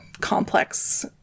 complex